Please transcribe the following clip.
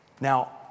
Now